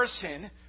person